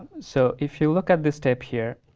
so, if you look at this step here,